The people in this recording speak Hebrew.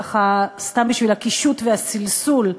ככה סתם בשביל הקישוט והסלסול,